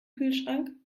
kühlschrank